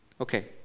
Okay